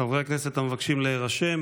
חברי הכנסת המבקשים להירשם